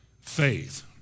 faith